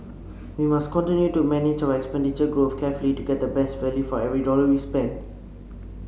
we must continue to manage our expenditure growth carefully to get the best value for every dollar we spend